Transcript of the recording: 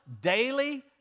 daily